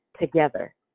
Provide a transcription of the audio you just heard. together